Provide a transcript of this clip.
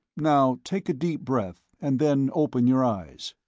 now, take a deep breath and then open your eyes.